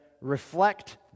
reflect